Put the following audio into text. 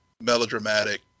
melodramatic